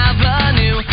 Avenue